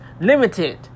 limited